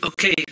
Okay